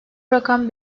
rakam